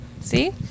See